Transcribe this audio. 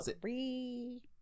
three